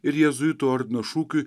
ir jėzuitų ordino šūkiui